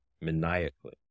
maniacally